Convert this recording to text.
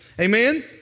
Amen